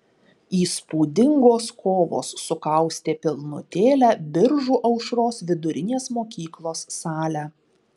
įspūdingos kovos sukaustė pilnutėlę biržų aušros vidurinės mokyklos salę